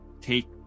take